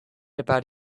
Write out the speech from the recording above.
about